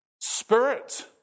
Spirit